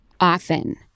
often